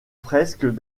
fresques